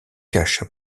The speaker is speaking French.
cacha